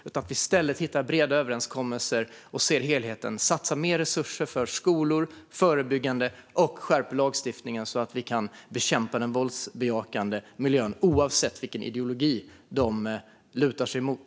Låt oss i stället hitta breda överenskommelser och se helheten, satsa mer resurser på skolor och förebyggande arbete och skärpa lagstiftningen så att vi kan bekämpa den våldsbejakande miljön oavsett vilken ideologi den lutar sig mot!